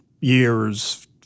years